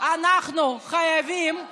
אנחנו חייבים לגוון.